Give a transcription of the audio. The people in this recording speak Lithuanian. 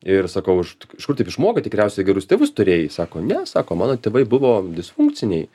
ir sakau aš t iš kur taip išmokai tikriausiai gerus tėvus turėjai sako ne sako mano tėvai buvo disfunkciniai